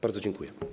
Bardzo dziękuję.